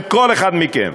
של כל אחד מכם,